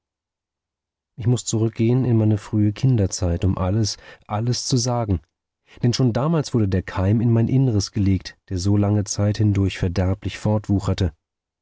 ich muß zurückgehen in meine frühe kinderzeit um alles alles zu sagen denn schon damals wurde der keim in mein innres gelegt der so lange zeit hindurch verderblich